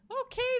Okay